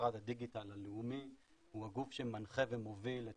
במשרד הדיגיטל הלאומי היא הגוף שמנחה ומוביל את